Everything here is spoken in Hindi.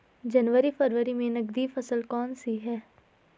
जनवरी फरवरी में नकदी फसल कौनसी है?